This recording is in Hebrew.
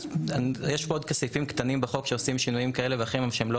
יש עוד סעיפים קטנים בחוק שעושים שינויים כאלה ואחרים,